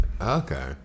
Okay